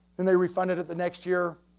and they refund it at the next year,